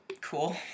Cool